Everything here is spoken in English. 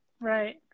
Right